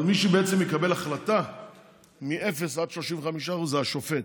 אבל מי שבעצם מקבל החלטה מ-0% עד 35% זה השופט.